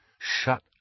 Shut